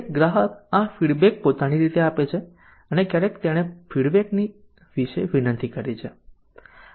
કયારેક ગ્રાહક આ ફીડબેક પોતાની રીતે આપે છે અને ક્યારેક તેણે ફીડબેક વિશે વિનંતી કરી